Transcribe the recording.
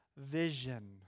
vision